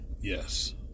Yes